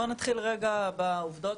בוא נתחיל רגע בעובדות,